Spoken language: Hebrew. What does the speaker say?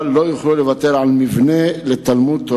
אבל לא יוכלו לוותר על מבנה לתלמוד-תורה